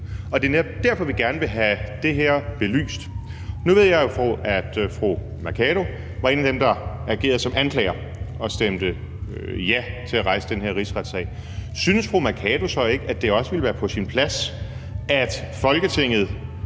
Og det er netop derfor, vi gerne vil have det her belyst. Nu ved jeg jo, at fru Mai Mercado var en af dem, der agerede som anklager og stemte ja til at rejse den her rigsretssag. Synes fru Mai Mercado så ikke, at det også ville være på sin plads, at Folketinget,